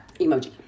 emoji